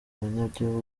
abanyagihugu